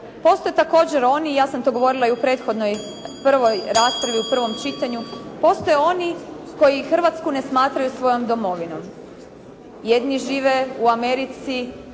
Postoje također oni, i ja sam to govorila i u prethodnoj prvoj raspravi, u prvom čitanju, postoje oni koji Hrvatsku ne smatraju svojom domovinom. Jedni žive u Americi,